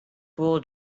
wool